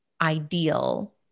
ideal